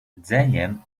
dzeniem